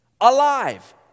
Alive